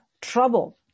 trouble